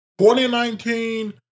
2019